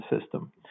system